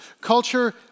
culture